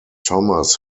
thomas